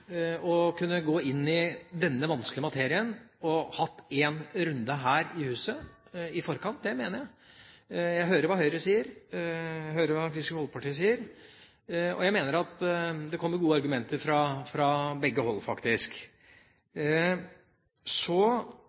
å kunne gå inn i denne vanskelige materien og ha hatt en runde her i huset i forkant. Det mener jeg. Jeg hører hva Høyre sier, og jeg hører hva Kristelig Folkeparti sier, og jeg mener at det kommer gode argumenter fra begge hold, faktisk.